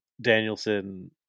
Danielson